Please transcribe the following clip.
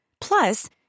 Plus